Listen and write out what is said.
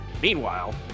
Meanwhile